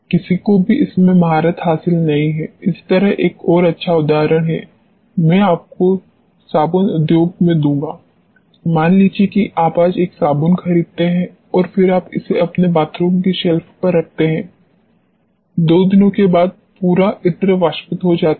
किसी को भी इसमें महारत हासिल नहीं है इसी तरह एक और अच्छा उदाहरण मैं आपको साबुन उद्योग में दूंगा मान लीजिए कि आप आज एक साबुन खरीदते हैं और फिर आप इसे अपने बाथरूम की शेल्फ पर रखते हैं दो दिनों के बाद पूरा इत्र वाष्पित हो जाता है